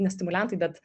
ne stimuliantai bet